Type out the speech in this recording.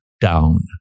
down